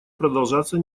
продолжаться